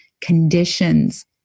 conditions